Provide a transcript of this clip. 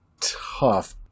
tough